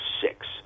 six